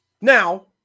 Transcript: Now